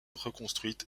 reconstruite